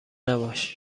نباش